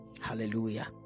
Hallelujah